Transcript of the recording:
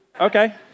okay